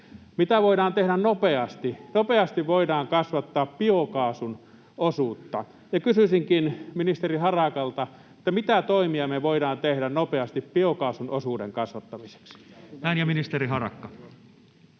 Mitä voidaan tehdä nopeasti? Nopeasti voidaan kasvattaa biokaasun osuutta. Ja kysyisinkin ministeri Harakalta: mitä toimia me voidaan tehdä nopeasti biokaasun osuuden kasvattamiseksi? [Välihuuto